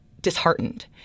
disheartened